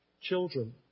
children